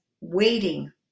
waiting